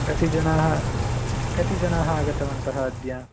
कति जनाः कति जनाः आगतवन्तः अद्य